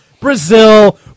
Brazil